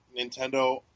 Nintendo